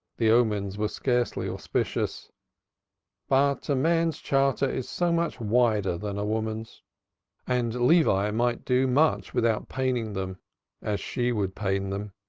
the omens were scarcely auspicious but a man's charter is so much wider than a woman's and levi might do much without paining them as she would pain them.